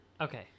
okay